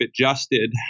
adjusted